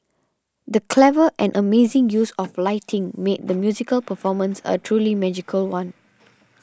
the clever and amazing use of lighting made the musical performance a truly magical one